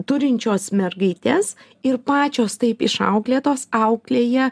turinčios mergaites ir pačios taip išauklėtos auklėja